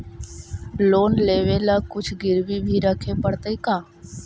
Loan लेबे ल कुछ गिरबी भी रखे पड़तै का?